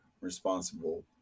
responsible